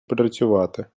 працювати